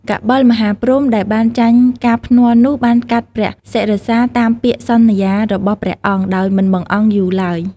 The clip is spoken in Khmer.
កបិលមហាព្រហ្ម ដែលបានចាញ់ការភ្នាល់នោះ បានកាត់ព្រះសិរសា តាមពាក្យសន្យារបស់ព្រះអង្គ ដោយមិនបង្អង់យូរឡើយ។